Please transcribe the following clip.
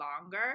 longer